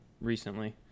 recently